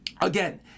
again